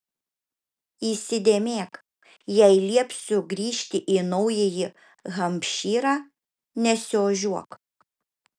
įsidėmėk jei liepsiu grįžti į naująjį hampšyrą nesiožiuok